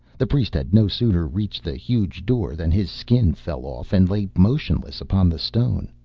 the priest had no sooner reached the huge door than his skin fell off and lay motionless upon the stone.